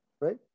Right